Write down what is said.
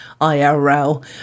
IRL